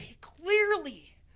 clearly